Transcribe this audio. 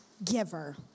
Giver